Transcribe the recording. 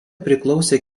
priklausė